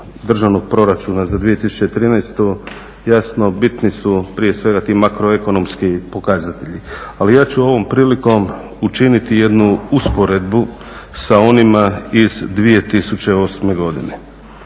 državnog proračuna za 2013. jasno bitni su prije svega ti makroekonomski pokazatelji. Ali ja ću ovom prilikom učiniti jednu usporedbu sa onima iz 2008. godine.